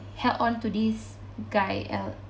held onto this guy uh